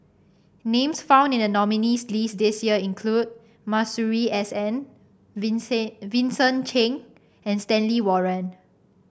names found in the nominees' list this year include Masuri S N Vincent Cheng and Stanley Warren